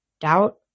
Doubt